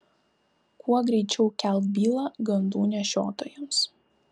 kuo greičiau kelk bylą gandų nešiotojams